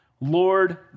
Lord